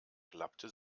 klappte